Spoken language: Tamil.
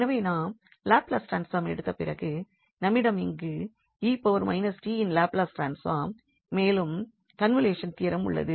எனவே நாம் லாப்லஸ் ட்ரான்ஸ்பார்ம் எடுத்த பிறகு நம்மிடம் இங்கு 𝑒−𝑡 இன் லாப்லஸ் ட்ரான்ஸ்பார்ம் மேலும் காணவொலுஷன் தியரம் உள்ளது